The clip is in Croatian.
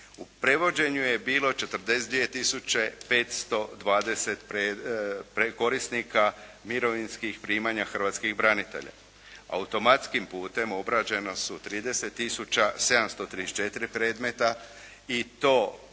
U prevođenju je bilo 42 tisuće 520 korisnika mirovinskih primanja hrvatskih branitelja. Automatskim putem obrađena su 30 tisuća 734 predmeta i to